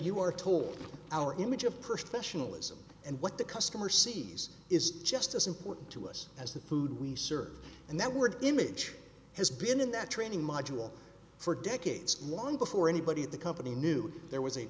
you are told our image of person question alyssum and what the customer sees is just as important to us as the food we serve and that word image has been in that training module for decades long before anybody at the company knew there was a